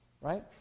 Right